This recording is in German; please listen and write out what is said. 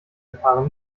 erfahre